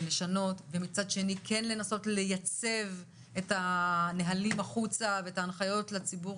ומצד שני לנסות לייצב את הנהלים ואת ההנחיות לציבור,